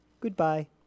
goodbye